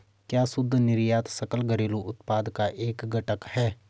क्या शुद्ध निर्यात सकल घरेलू उत्पाद का एक घटक है?